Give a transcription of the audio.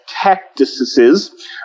cactuses